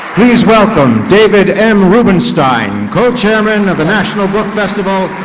please welcome david m. rubenstein, co-chairman of the national book festival,